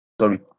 Sorry